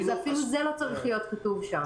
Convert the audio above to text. ואפילו זה לא צריך להיות כתוב שם.